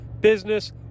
business